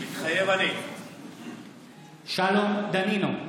מתחייב אני שלום דנינו,